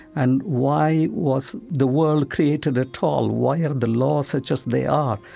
and why was the world created at all? why are the laws such as they are?